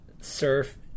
surf